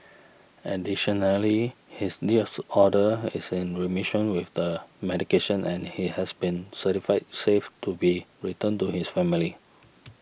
additionally his disorder is in remission with the medication and he has been certified safe to be returned to his family